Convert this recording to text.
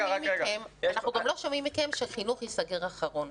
אנחנו גם לא שומעים מכם שחינוך ייסגר אחרון.